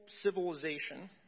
civilization